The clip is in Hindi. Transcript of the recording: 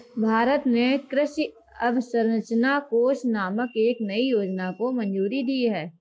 भारत ने कृषि अवसंरचना कोष नामक एक नयी योजना को मंजूरी दी है